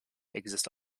exist